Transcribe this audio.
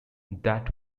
that